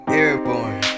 airborne